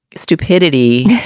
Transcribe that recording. stupidity